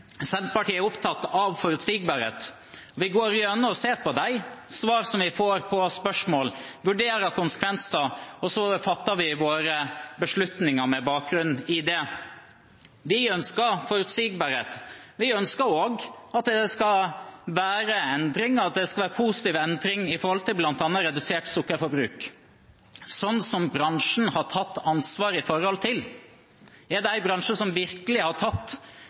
Senterpartiet er opptatt av forutsigbarhet. Vi går igjennom og ser på de svarene vi får på spørsmål, vurderer konsekvenser, og så fatter vi våre beslutninger på bakgrunn av det. Vi ønsker forutsigbarhet, men vi ønsker også at det skal være endringer, at det skal være positive endringer, som bl.a. redusert sukkerforbruk, noe bransjen har tatt ansvar for. Er det en bransje som virkelig har tatt